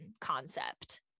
concept